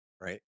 right